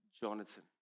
Jonathan